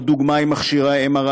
אני ממשיך בסדר-היום.